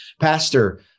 Pastor